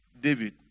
David